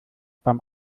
beim